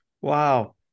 Wow